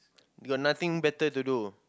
we got nothing better to do